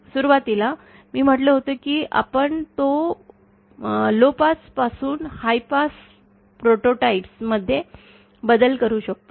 सुरवातीला मी म्हटलं होतं की आपण लो पास पासून हाय पास प्रोटोटाइप मध्ये बदल करू शकतो